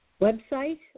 website